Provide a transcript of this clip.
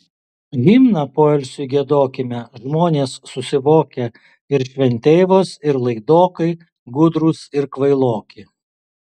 himną poilsiui giedokime žmonės susivokę ir šventeivos ir laidokai gudrūs ir kvailoki